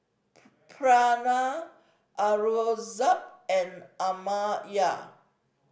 Pranav Aurangzeb and Amartya